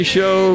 Show